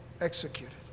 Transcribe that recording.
executed